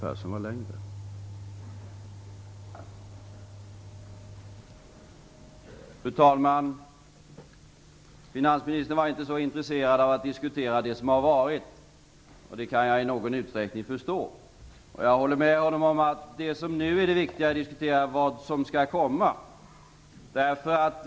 Fru talman! Finansministern var inte så intresserad av att diskutera det som har varit, och det kan jag i någon utsträckning förstå. Jag håller med honom om att det som nu är det viktiga att diskutera är vad som skall komma.